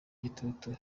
igitutu